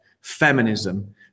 Feminism